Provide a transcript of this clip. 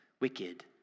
wicked